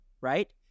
right